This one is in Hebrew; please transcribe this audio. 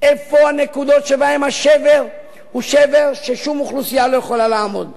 איפה הנקודות שבהן השבר הוא שבר ששום אוכלוסייה לא יכולה לעמוד בו.